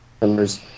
members